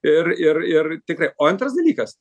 ir ir ir tikrai o antras dalykas